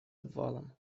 обвалом